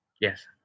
Yes